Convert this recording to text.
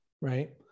Right